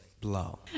blow